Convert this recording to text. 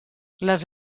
les